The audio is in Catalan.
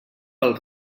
pel